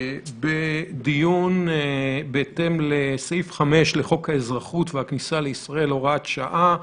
בדיון בהתאם לסעיף 5 לחוק האזרחות והכניסה לישראל (הוראת שעה),